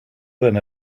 than